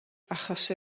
achos